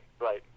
Right